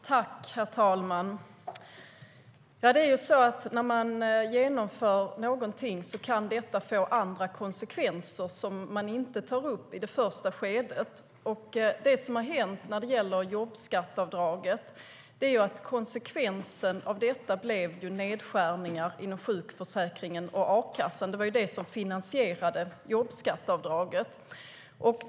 Herr talman! När man genomför någonting kan det få andra konsekvenser som man inte tar upp i det första skedet. Det som har hänt med jobbskatteavdraget är att konsekvensen av detta blev nedskärningar inom sjukförsäkringen och a-kassan. Det var det som finansierade jobbskatteavdraget.